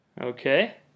okay